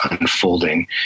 unfolding